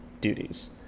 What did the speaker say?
duties